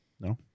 No